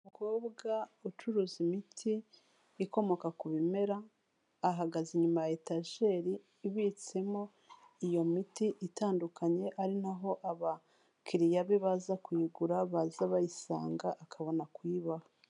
Umukobwa ucuruza imiti ikomoka ku bimera ahagaze inyuma ya etajeri ibitsemo iyo miti itandukanye ari naho abakiriya be baza kuyigura baza bayisanga akabona kuyibaha.